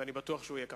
ואני בטוח שהוא יהיה כך.